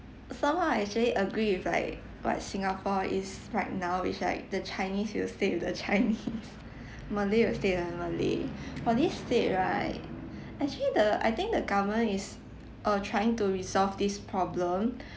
somehow I actually agree with like what singapore is right now which like the chinese will stay with the chinese malay will stay with the malay for this state right actually the I think the government is uh trying to resolve this problem